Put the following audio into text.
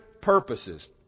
purposes